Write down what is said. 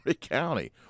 County